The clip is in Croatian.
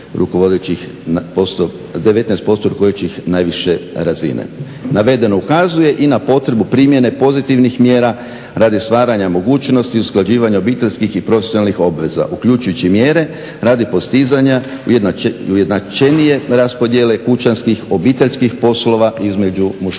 19% rukovodećih najviše razine. Navedeno ukazuje i na potrebu primjene pozitivnih mjera radi stvaranja mogućnosti usklađivanja obiteljskih i profesionalnih obveza uključujući i mjere radi postizanja ujednačenije raspodjele kućanskih, obiteljskih poslova između muškaraca